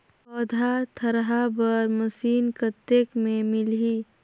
पौधा थरहा बर मशीन कतेक मे मिलही?